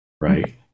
right